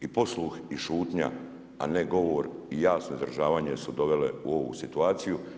I posluh i šutnja, a ne govor i jasno izražavanje su dovele u ovu situaciju.